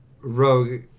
Rogue